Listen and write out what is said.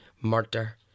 murder